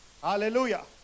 hallelujah